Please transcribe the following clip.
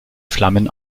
flammen